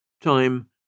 Time